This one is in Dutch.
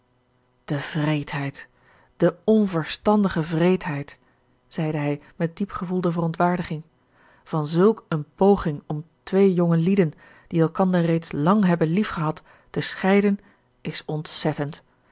de wreedheid de onverstandige wreedheid zeide hij met diepgevoelde verontwaardiging van zulk een poging om twee jongelieden die elkander reeds lang hebben liefgehad te scheiden is ontzettend